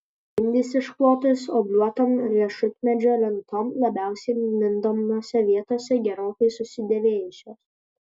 grindys išklotos obliuotom riešutmedžio lentom labiausiai mindomose vietose gerokai susidėvėjusios